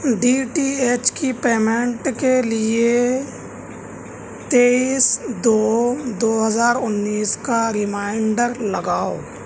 D T H کی payment کے لیے تئیس دو دو ہزار انیس کا ریمائنڈر لگاؤ